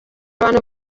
abantu